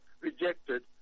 rejected